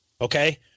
okay